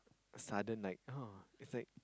sudden like oh it's like